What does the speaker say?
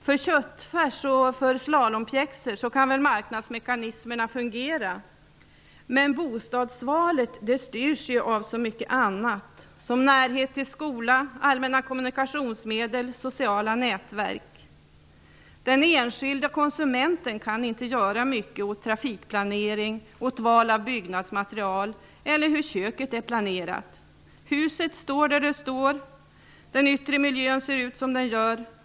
För köttfärs eller för slalompjäxor kan väl marknadsmekanismerna fungera. Men bostadsvalet styrs ju av så mycket annat, såsom närheten till skola, allmänna kommunikationsmedel och sociala nätverk. Den enskilde konsumenten kan inte göra mycket åt trafikplanering, val av byggnadsmaterial eller hur ett kök är planerat. Huset står där det står och den yttre miljön ser ut som den gör.